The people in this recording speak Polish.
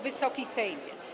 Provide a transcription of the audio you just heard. Wysoki Sejmie!